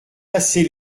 passer